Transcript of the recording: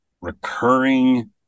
recurring